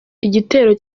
igitero